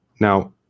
Now